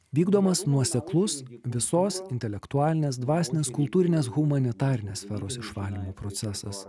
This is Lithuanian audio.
vykdomas nuoseklus visos intelektualinės dvasinės kultūrinės humanitarinės sferos išvalymo procesas